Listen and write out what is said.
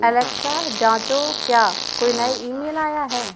Alexa जाँचो क्या कोई नया ईमेल आया है